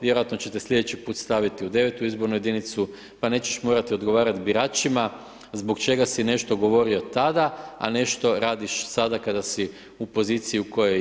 Vjerojatno će te sljedeći put staviti u 9. izbornu jedinicu, pa nećeš morati odgovarati biračima zbog čega si nešto govorio tada, a nešto radiš sada kada si u poziciji u kojoj jesi.